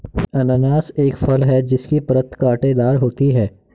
अनन्नास एक फल है जिसकी परत कांटेदार होती है